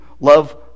love